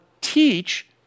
teach